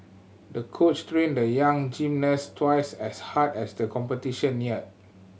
the coach trained the young gymnast twice as hard as the competition neared